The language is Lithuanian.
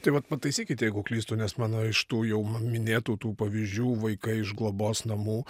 tai vat pataisykit jeigu klystu nes mano iš tų jau minėtų tų pavyzdžių vaikai iš globos namų